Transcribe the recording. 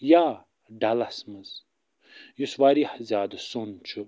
یا ڈَلس منٛز یُس وارِیاہ زیادٕ سوٚن چھُ